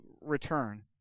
return